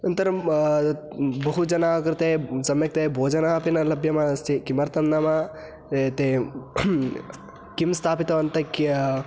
अनन्तरं बहुजनानां कृते सम्यक्तया भोजनापि न लभ्यमानस्ति किमर्थं नाम ते किं स्थापितवन्तः ख्या